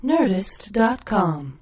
Nerdist.com